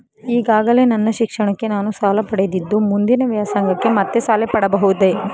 ಈಗಾಗಲೇ ನನ್ನ ಶಿಕ್ಷಣಕ್ಕೆ ನಾನು ಸಾಲ ಪಡೆದಿದ್ದು ಮುಂದಿನ ವ್ಯಾಸಂಗಕ್ಕೆ ಮತ್ತೆ ಸಾಲ ಪಡೆಯಬಹುದೇ?